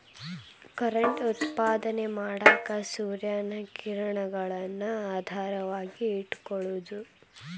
current ಉತ್ಪಾದನೆ ಮಾಡಾಕ ಸೂರ್ಯನ ಕಿರಣಗಳನ್ನ ಆಧಾರವಾಗಿ ಇಟಕೊಳುದು